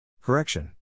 Correction